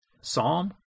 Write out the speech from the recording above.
Psalm